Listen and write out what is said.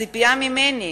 הציפייה ממני,